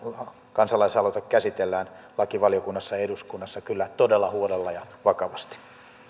kansalaisaloite käsitellään lakivaliokunnassa ja eduskunnassa kyllä todella huolella ja vakavasti